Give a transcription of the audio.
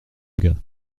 gars